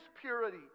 purity